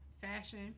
fashion